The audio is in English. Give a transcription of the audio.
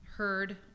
heard